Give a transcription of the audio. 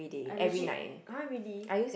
I legit !huh! really